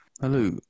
Hello